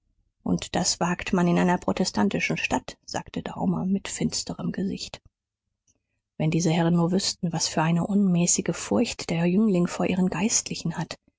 und das wagt man in einer protestantischen stadt sagte daumer mit finsterem gesicht wenn diese herren nur wüßten was für eine unmäßige furcht der jüngling vor ihren geistlichen hat